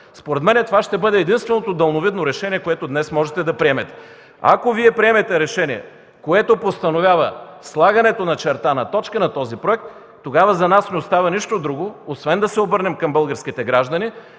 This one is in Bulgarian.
Според мен това ще бъде единственото далновидно решение, което днес можете да приемете. Ако Вие приемате решение, което постановява слагането на точка на този проект, тогава за нас не остава нищо друго, освен да се обърнем към българските граждани,